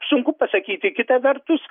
sunku pasakyti kita vertus